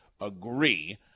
agree